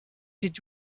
should